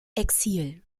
exil